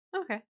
Okay